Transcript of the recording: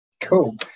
Cool